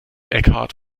eckhart